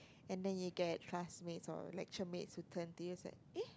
and then you get classmates or lecture mates who turn to you and said eh